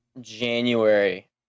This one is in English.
January